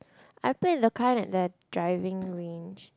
I play the kind that the driving range